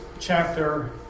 chapter